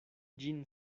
ĝin